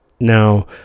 Now